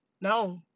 No